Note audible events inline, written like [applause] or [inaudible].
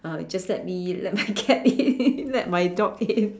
uh just let me let my cat in [laughs] let my dog in [laughs]